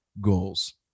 goals